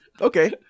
Okay